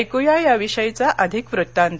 ऐकूया याविषयीचा अधिक वृत्तांत